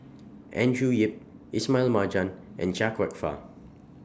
Andrew Yip Ismail Marjan and Chia Kwek Fah